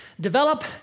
Develop